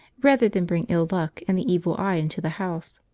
rather than bring ill luck and the evil eye into the house.